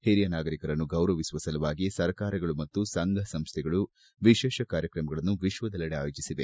ಹಿರಿಯ ನಾಗರಿಕರನ್ನು ಗೌರವಿಸುವ ಸಲುವಾಗಿ ಸರ್ಕಾರಗಳು ಮತ್ತು ಸಂಘಸಂಸ್ಟೆಗಳು ವಿಶೇಷ ಕಾರ್ಯಕ್ರಮಗಳನ್ನು ವಿಶ್ವದಲ್ಲೆಡೆ ಆಯೋಜಿಸವೆ